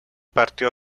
partido